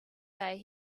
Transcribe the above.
day